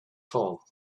fall